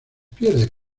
pierde